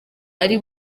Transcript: ari